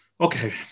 okay